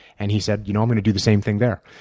and he said you know i'm going to do the same thing there.